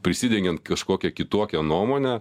prisidengiant kažkokia kitokia nuomone